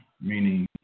meaning